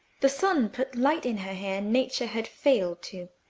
the sun put light in her hair nature had failed to,